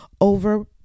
over